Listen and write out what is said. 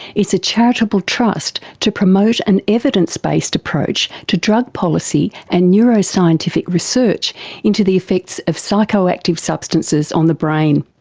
it's a charitable trust to promote an evidence based approach to drug policy and neuroscientific research into the effects of psychoactive substances on the brain.